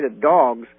dogs